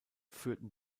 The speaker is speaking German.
führten